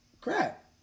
crap